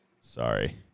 Sorry